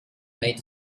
made